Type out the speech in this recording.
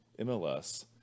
MLS